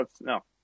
no